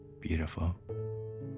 beautiful